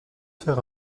faire